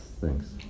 Thanks